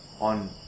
on